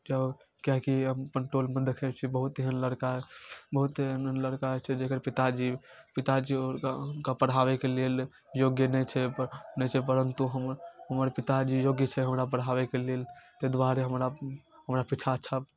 जाउ किएकि हम अपन टोलमे देखै छियै बहुत एहन लड़का बहुत एहन लड़का छै जकर पिताजी पिताजी हुनका पढ़ाबैके लेल योग्य नहि छै नहि छै परन्तु हमर हमर पिताजी योग्य छै हमरा पढ़ाबैके लेल ताहि दुआरे हमरा हमरा पीछाँ अच्छा